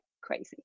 crazy